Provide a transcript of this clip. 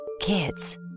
Kids